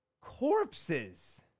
corpses